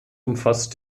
umfasst